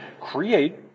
create